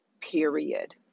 period